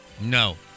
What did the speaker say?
No